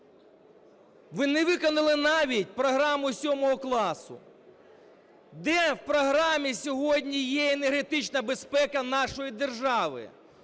Ви не виконали навіть програму 7 класу. Де в програмі сьогодні є енергетична безпека нашої держави?